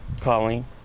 Colleen